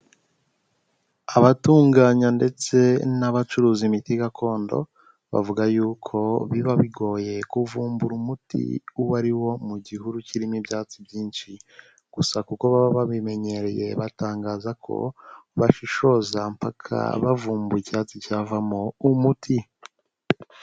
Abatunganya ndetse n'abacuruza imiti gakondo bavuga y'uko biba bigoye kuvumbura umuti uwo ari wo mu gihuru kirimo ibyatsi byinshi gusa kuko baba babimenyereye batangaza ko bashishoza mpaka bavumbuye icyatsi cyavamo umuti.